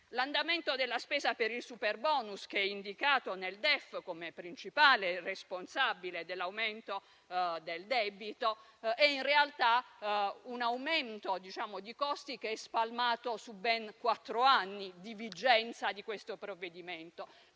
L'andamento della spesa per il superbonus, che è indicato nel DEF come principale responsabile dell'aumento del debito, è in realtà un aumento di costi che è spalmato su ben quattro anni di vigenza di questo provvedimento;